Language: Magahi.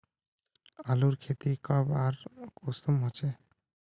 आलूर खेती कब आर कुंसम होचे?